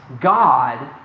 God